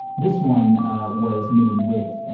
this one was made with,